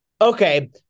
Okay